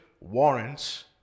warrants